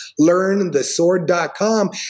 learnthesword.com